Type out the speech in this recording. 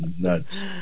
nuts